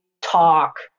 talk